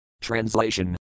Translation